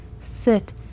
Sit